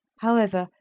however,